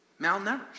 malnourished